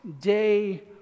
day